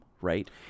right